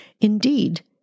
indeed